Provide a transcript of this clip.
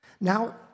Now